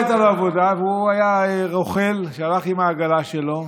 לא הייתה לו עבודה והוא היה רוכל שהלך עם העגלה שלו,